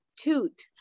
toot